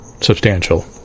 substantial